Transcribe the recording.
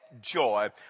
joy